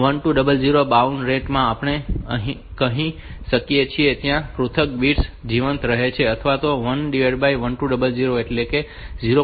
તેથી આ 1200 બાઉડ દર માં આપણે કહી શકીએ કે ત્યાં પૃથક બિટ્સ જીવંત રહેશે અથવા ત્યાં 11200 એટલે 0